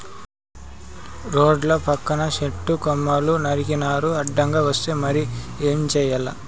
రోడ్ల పక్కన సెట్టు కొమ్మలు నరికినారు అడ్డంగా వస్తే మరి ఏం చేయాల